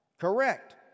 Correct